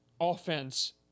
offense